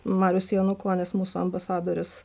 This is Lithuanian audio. marius janukonis mūsų ambasadorius